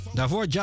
Daarvoor